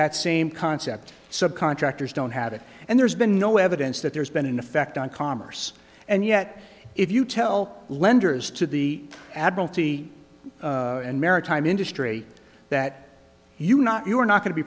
that same concept subcontractors don't have it and there's been no evidence that there's been an effect on commerce and yet if you tell lenders to the admiralty and maritime industry that you not you are not going to be